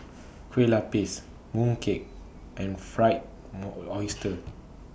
Kueh Lapis Mooncake and Fried More Oyster